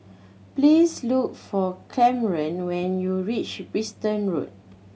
please look for Kamron when you reach Bristol Road